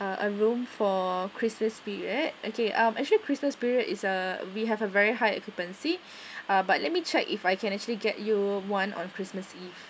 a a room for christmas period okay actually christmas period is a we have a very high occupancy ah but let me check if I can actually get you one on christmas eve